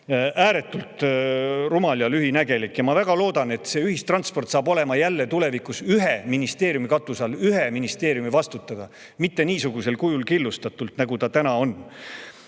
Ääretult rumal ja lühinägelik. Ma väga loodan, et ühistransport on tulevikus jälle ühe ministeeriumi katuse all, ühe ministeeriumi vastutada, mitte niisugusel kujul killustatud, nagu ta täna on.